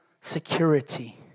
security